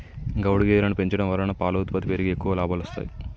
గౌడు గేదెలను పెంచడం వలన పాల ఉత్పత్తి పెరిగి ఎక్కువ లాభాలొస్తాయి